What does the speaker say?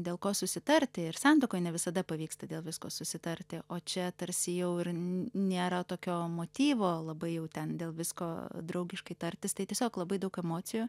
dėl ko susitarti ir santuokoj ne visada pavyksta dėl visko susitarti o čia tarsi jau ir nėra tokio motyvo labai jau ten dėl visko draugiškai tartis tai tiesiog labai daug emocijų